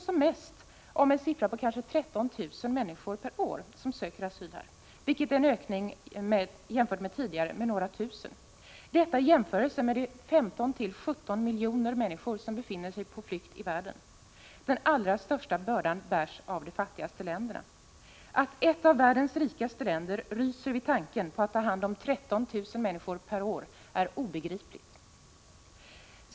Som mest är det kanske 13 000 människor per år som söker asyl här. Det är en ökning jämfört med tidigare med några tusen. Det skall jämföras med de 15-17 miljoner människor som befinner sig på flykt i världen. Den allra största bördan bär de fattigaste länderna. Att ett av världens rikaste länder ryser vid tanken på att ta hand om 13 000 människor per år är obegripligt.